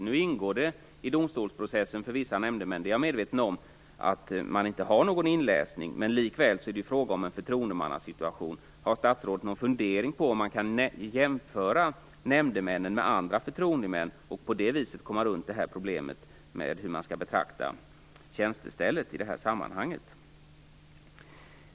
Nu ingår det i domstolsprocessen för vissa nämndemän att man inte har någon inläsning. Det är jag medveten om. Men likväl är det fråga om en förtroendemannasituation. Har statsrådet någon fundering på om man kan jämföra nämndemännen med andra förtroendemän och på det viset komma runt problemet med hur man skall betrakta tjänstestället?